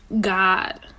God